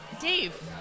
Dave